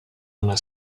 una